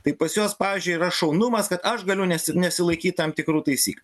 tai pas juos pavyzdžiui yra šaunumas kad aš galiu nesi nesilaikyt tam tikrų taisyklių